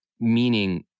meaning